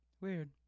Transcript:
Weird